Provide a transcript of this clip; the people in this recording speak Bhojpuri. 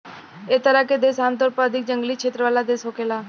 एह तरह के देश आमतौर पर अधिक जंगली क्षेत्र वाला देश होखेला